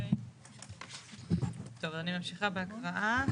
טוב, אני ממשיכה בהקראה.